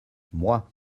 moi